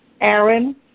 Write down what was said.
Aaron